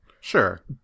Sure